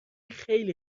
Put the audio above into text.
خیلی